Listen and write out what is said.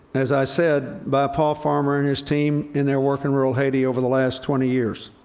as i said, by paul farmer and his team in their work in rural haiti over the last twenty years.